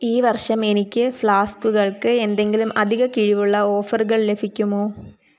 ഈ വർഷം എനിക്ക് ഫ്ലാസ്ക്കുകൾക്ക് എന്തെങ്കിലും അധിക കിഴിവുള്ള ഓഫറുകൾ ലഫിക്കുമോ